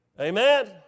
Amen